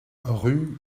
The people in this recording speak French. rue